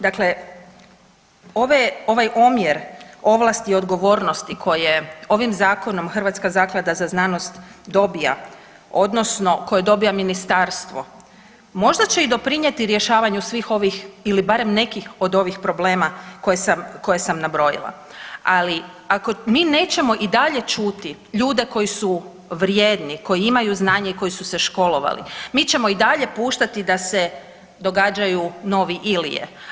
Dakle, ove, ovaj omjer ovlasti i odgovornosti koje ovim zakonom Hrvatska zaklada za znanost dobija odnosno koje dobija ministarstvo možda će i doprinijeti rješavanju svih ovih ili barem nekih od ovih problema koje sam nabrojila, ali ako mi nećemo i dalje čuti ljude koji su vrijedni, koji imaju znanje i koji su se školovali, mi ćemo i dalje puštati da se događaju novi Ilije.